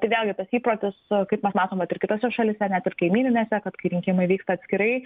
tai vėlgi tas įprotis kaip mes matom vat ir kitose šalyse net ir kaimyninėse kad kai rinkimai vyksta atskirai